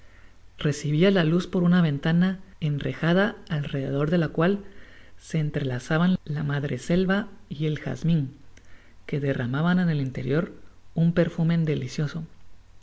recibia la luz por una ventana enrejada al rededor de la cual se entrelazaban la madreselva y el jazmin que derramaban en el interior un perfume delicioso